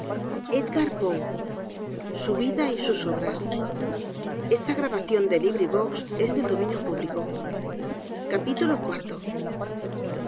su vida y sus obras